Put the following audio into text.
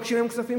מבקשים מהם כספים,